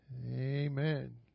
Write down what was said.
Amen